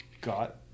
got